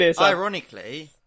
ironically